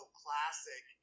classic